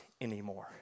anymore